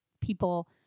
People